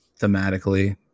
thematically